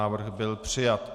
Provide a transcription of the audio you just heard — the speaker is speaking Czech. Návrh byl přijat.